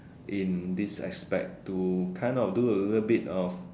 in this aspect to kind of do a little bit of